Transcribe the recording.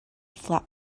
flap